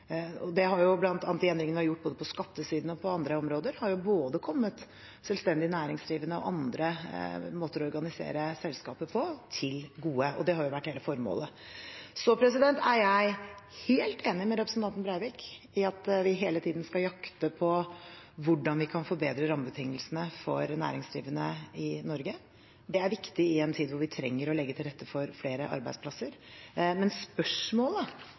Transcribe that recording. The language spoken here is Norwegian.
har de endringene vi har gjort både på skattesiden og på andre områder, kommet både selvstendig næringsdrivende og andre måter å organisere selskaper på, til gode. Det har jo vært hele formålet. Så er jeg helt enig med representanten Breivik i at vi hele tiden skal jakte på hvordan vi kan forbedre rammebetingelsene for næringsdrivende i Norge. Det er viktig i en tid hvor vi trenger å legge til rette for flere arbeidsplasser. Men til spørsmålet